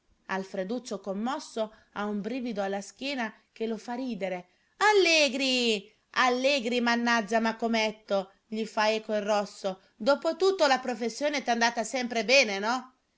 fuoco alfreduccio commosso ha un brivido alla schiena che lo fa ridere allegri allegri mannaggia macometto gli fa eco il rosso dopo tutto la professione t'è andata sempre bene no